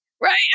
Right